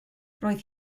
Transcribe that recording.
roedd